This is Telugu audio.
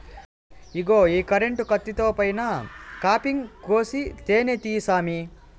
ఇగో ఈ కరెంటు కత్తితో పైన కాపింగ్ కోసి తేనే తీయి సామీ